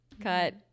cut